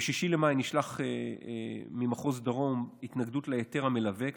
ב-6 במאי נשלחה ממחוז דרום התנגדות להיתר המלווה.